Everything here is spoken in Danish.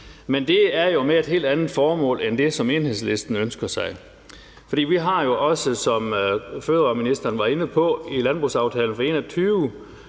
men det er jo med et helt andet formål end det, som Enhedslisten ønsker sig, for vi har jo også, som fødevareministeren var inde på, i landbrugsaftalen fra 2021,